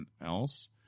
else